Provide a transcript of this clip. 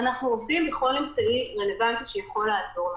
אנחנו עובדים בכל אמצעי רלוונטי שיכול לעזור לנו.